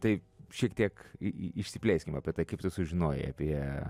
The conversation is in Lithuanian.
tai šiek tiek i išsiplėskim apie tai kaip tu sužinojai apie